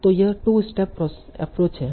तो यह 2 step approach है